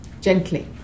Gently